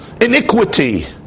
Iniquity